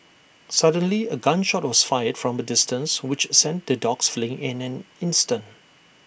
suddenly A gun shot was fired from the distance which sent the dogs fleeing in an instant